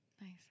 Nice